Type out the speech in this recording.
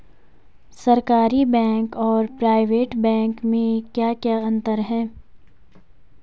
सरकारी बैंक और private bank में क्या क्या अंतर हैं?